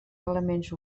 elements